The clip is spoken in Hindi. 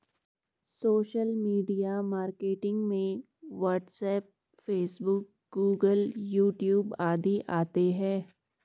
सोशल मीडिया मार्केटिंग में WhatsApp Facebook Google YouTube आदि आते है